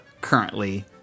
currently